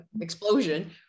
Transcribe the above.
explosion